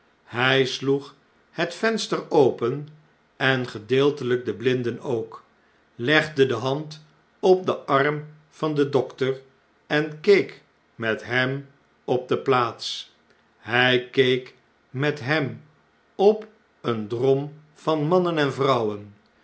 hjj sloeg het venster open en gedeeltelijk de blinden ook legde de hand op den arm van den dokter en keek met hem op de plaats hjj keek met hem op een drom van mannen en vrouwen